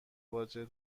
باجه